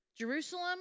Jerusalem